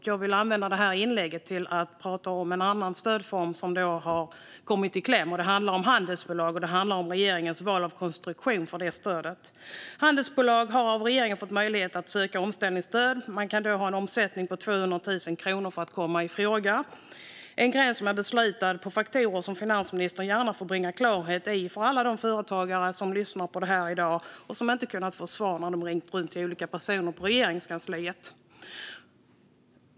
Jag vill använda detta inlägg till att prata om en annan stödform som har kommit i kläm. Det handlar om handelsbolag och om regeringens val av konstruktion för det stödet. Handelsbolag har av regeringen fått möjlighet att söka omsättningsstöd. Man ska ha en omsättning på 200 000 kronor för att komma i fråga. Det är en gräns som är beslutad utifrån faktorer som finansministern gärna får bringa klarhet i för alla de företagare som lyssnar på detta i dag och som inte kunnat få svar när de ringt runt till olika personer i Regeringskansliet.